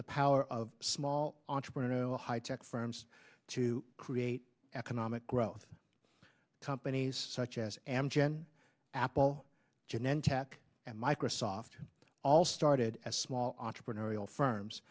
the power of small entrepreneurial high tech firms to create economic growth companies such as amgen apple janetta tech and microsoft all started as small entrepreneurial firms